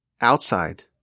outside